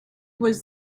was